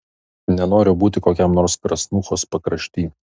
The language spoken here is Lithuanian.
nenoriu būti kokiam nors krasnuchos pakrašty